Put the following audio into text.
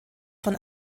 von